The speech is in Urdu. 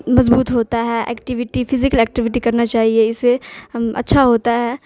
مضبوط ہوتا ہے ایکٹیویٹی فزیکل ایکٹیویٹی کرنا چاہیے اسے ہم اچھا ہوتا ہے